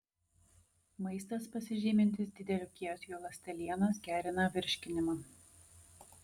maistas pasižymintis dideliu kiekiu ląstelienos gerina virškinimą